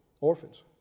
orphans